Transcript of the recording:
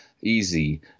easy